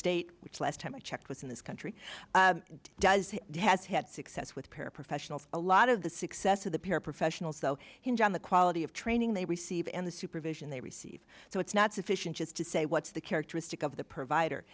state which last time i checked was in this country does he has had success with paraprofessionals a lot of the success of the paraprofessional so hinge on the quality of training they receive and the supervision they receive so it's not sufficient just to say what's the characteristic of the provider